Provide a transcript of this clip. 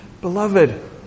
beloved